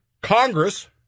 Congress